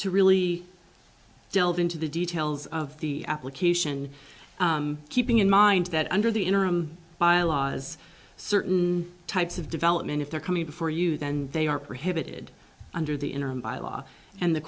to really delve into the details of the application keeping in mind that under the interim bylaws certain types of development if they're coming before you then they are prohibited under the interim by law and the